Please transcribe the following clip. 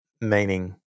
meaning